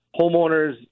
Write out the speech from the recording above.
homeowners